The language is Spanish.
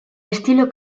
estilo